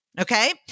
Okay